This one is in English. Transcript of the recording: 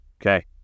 okay